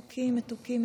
מתוקים,